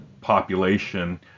population